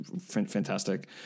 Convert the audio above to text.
fantastic